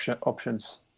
options